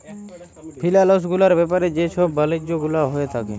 ফিলালস গুলার ব্যাপারে যে ছব বালিজ্য গুলা হঁয়ে থ্যাকে